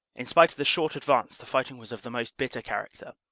in spite of the short advance the fighting was of the most bi tter character.